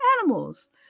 animals